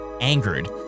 angered